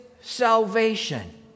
salvation